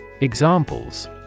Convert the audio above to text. Examples